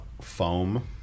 foam